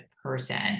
Person